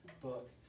book